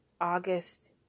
August